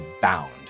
bound